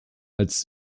als